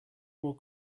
more